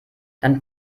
dann